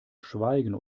schweigen